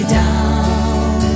down